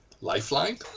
lifeline